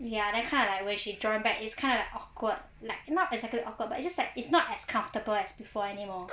ya then kind of like when she join back is kind of like awkward like not exactly awkward but is just like it's not as comfortable as before anymore